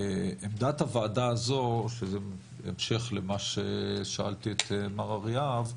עמדת הועדה הזו, בהמשך למה ששאלתי את מר אריאב,